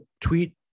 tweet